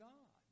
God